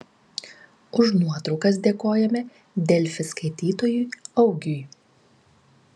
už nuotraukas dėkojame delfi skaitytojui augiui